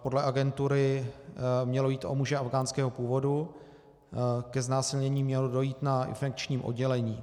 Podle agentury mělo jít o muže afghánského původu, ke znásilnění mělo dojít na infekčním oddělení.